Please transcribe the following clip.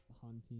hunting